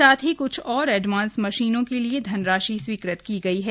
साथ ही कुछ और एडवांस मशीनों के लिए धनराशि स्वीकृत की गई है